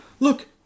Look